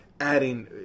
adding